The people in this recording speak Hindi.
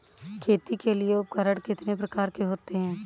खेती के लिए उपकरण कितने प्रकार के होते हैं?